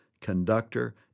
conductor